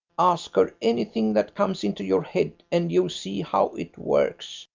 ask her anything that comes into your head, and you'll see how it works.